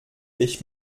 ich